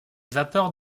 vapeurs